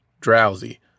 drowsy